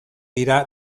dira